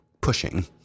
pushing